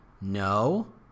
No